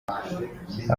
aba